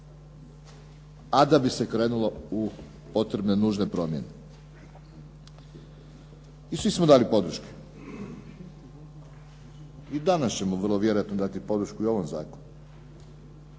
a da bi se krenulo u potrebne nužne promjene. I svi smo dali podrške. I danas ćemo vrlo vjerojatno dati podršku i ovom zakonu.